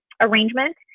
arrangement